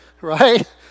Right